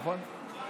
נכון?